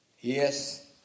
Yes